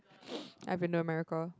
I've been to America